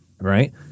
right